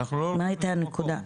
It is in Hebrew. מה הייתה הנקודה?